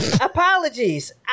apologies